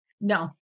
No